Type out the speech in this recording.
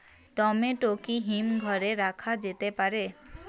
Tomato কি হিমঘর এ রাখা যেতে পারে?